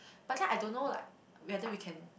but then I don't know like whether we can